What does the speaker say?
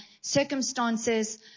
circumstances